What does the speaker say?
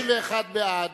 31 בעד,